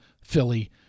Philly